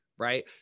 right